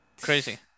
Crazy